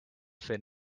fin